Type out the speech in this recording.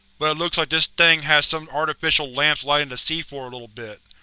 but it looks like this thing has some artificial lamps lighting the sea floor a little bit.